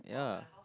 ya